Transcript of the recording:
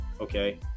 Okay